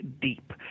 deep